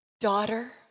Daughter